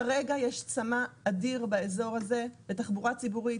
כרגע יש צמא אדיר באזור הזה לתחבורה ציבורית.